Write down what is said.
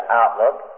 outlook